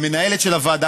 למנהלת הוועדה,